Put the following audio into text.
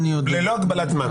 ללא הגבלת זמן.